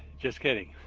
just kidding.